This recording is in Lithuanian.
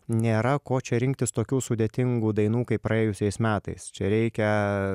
nėra ko čia rinktis tokių sudėtingų dainų kaip praėjusiais metais čia reikia